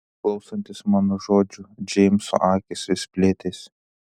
klausantis mano žodžių džeimso akys vis plėtėsi